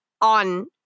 on